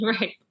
right